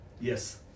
Yes